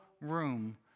room